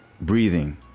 breathing